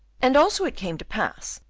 and also it came to pass,